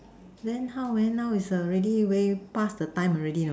then how man now is already way past the time already know